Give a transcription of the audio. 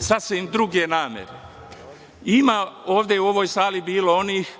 sasvim druge namere. Ovde, u ovoj sali je bilo onih